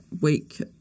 week